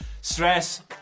stress